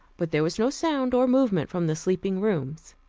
but there was no sound or movement from the sleeping rooms.